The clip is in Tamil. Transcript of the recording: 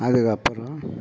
அதுக்கப்புறம்